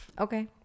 Okay